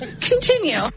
Continue